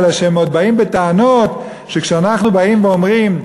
אלא שהם עוד באים בטענות שכשאנחנו באים ואומרים,